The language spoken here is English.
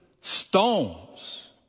stones